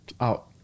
out